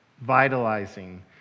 vitalizing